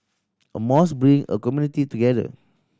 a mosque bring a community together